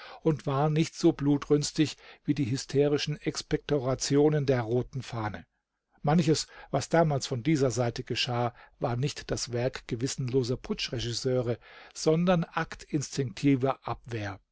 und war nicht so blutrünstig wie die hysterischen expektorationen der roten fahne manches was damals von dieser seite geschah war nicht das werk gewissenloser putsch-regisseure sondern akt instinktiver abwehr